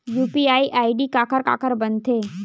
UPI ID काखर काखर बनथे?